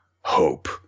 hope